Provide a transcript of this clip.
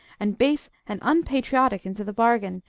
and base and unpatriotic into the bargain,